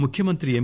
ముఖ్యమంత్రి ఎం